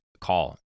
call